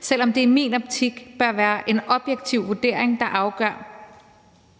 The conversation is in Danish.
selv om det i min optik bør være en objektiv vurdering, der afgør,